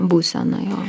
būseną jo